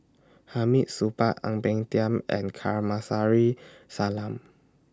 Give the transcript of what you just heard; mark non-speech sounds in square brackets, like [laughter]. Hamid Supaat Ang Peng Tiam and [unintelligible] Salam